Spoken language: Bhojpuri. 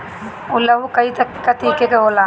उअहू कई कतीके के होला